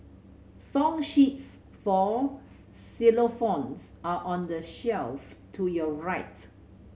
song sheets for xylophones are on the shelf to your right